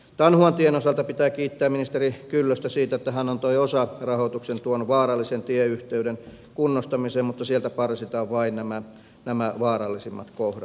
tanhuantien osalta pitää kiittää ministeri kyllöstä siitä että hän antoi osarahoituksen tuon vaarallisen tieyhteyden kunnostamiseen mutta sieltä parsitaan vain nämä vaarallisimmat kohdat